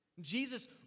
Jesus